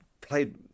played